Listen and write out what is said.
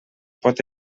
pot